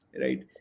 right